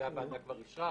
את זה הוועדה כבר אישרה.